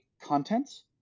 contents